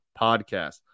podcast